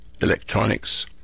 electronics